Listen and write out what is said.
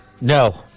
No